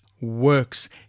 works